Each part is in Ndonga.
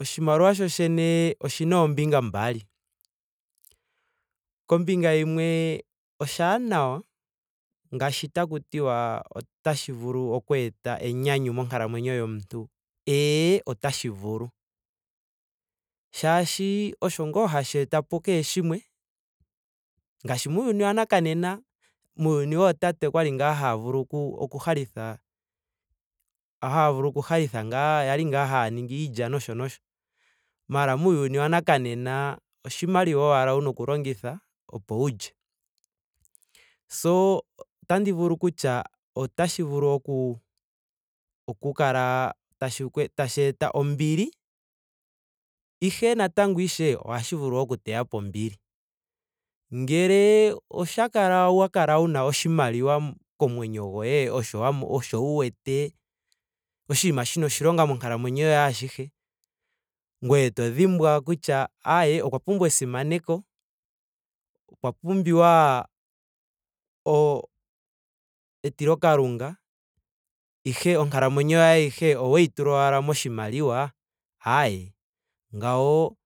Oshimaliwa shoshene oshina oombinga mbali. Komnbinga yimwe oshaanawa ngaashi taku tiwa otashi vulu okweeeta enyanyu monkalamwenyo yomuntu. Ee otashi vulu. Shaashi osho ngaa hashi etapo kehe shimwe. ngaashi muuyuni wa nakanena. muuyuni wootate okwali ngaa haya vulu oku- oku halitha. haa vulu oku halitha ngaa kwali ngaa haya ningi iilya nosho nosho. Maara muuyuni wanakenena oshimaliwa ashike wuna oku longitha opo wuu lye. So otandi vulu okutya otashi vulu oku- oku kala tashi vulu okwee tashi vulu tashi eta ombili. ihe natango ishewe ohashi vulu okuteyapo ombili. Ngele osha kala owa kala owa kala wuna oshimaliwa komwennyo goye oto osho wa mona osho wu wete oshinima shina oshilonga monkalamwenyo yoye ashihe. ngoye to dhimbwa kutya ayee okwa pumbwa esimaneko. okwa pumbiwa o- etilo kalunga. ihe onkalamwenyo yoye ayihe oweyi tula owala moshimaliwa. ayee ngawo.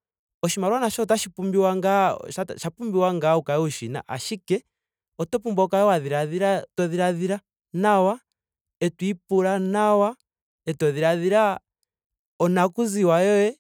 oshimaliwa nasho otashi pumbiwa ngaa. osha osha pumbiwa ngaa wu kale wu shina ashike oto pumbwa wu kale wa dhiladhila to dhiladhila nawa. eto ipula nawa. eto dhiladhila onakuziwa yoye